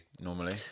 normally